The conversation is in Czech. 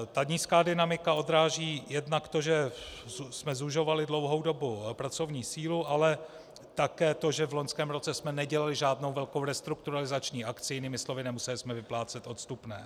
Ta nízká dynamika odráží jednak to, že jsme zužovali dlouhou dobu pracovní sílu, ale také to, že v loňském roce jsme nedělali žádnou velkou restrukturalizační akci, jinými slovy, nemuseli jsme vyplácet odstupné.